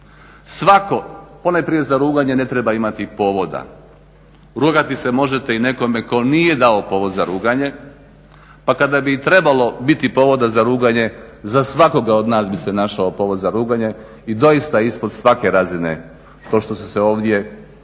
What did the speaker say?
Svatko, ponajprije za ruganje ne treba imati povoda. Rugati se možete i nekome tko nije dao povod za ruganje pa kada bi i trebalo biti povoda za ruganje za svakoga od nas bi se našao povod za ruganje i doista je ispod svake razine to što su se ovdje neke